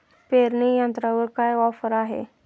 पेरणी यंत्रावर काय ऑफर आहे?